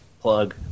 plug